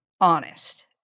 honest